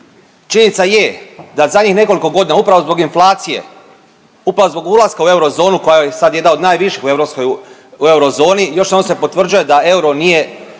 Činjenica je da zadnjih nekoliko godina upravo zbog inflacije, upravo zbog ulaska u eurozonu koja je sad jedna od najviših u eurozoni još jednom se potvrđuje da euro nije